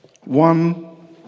One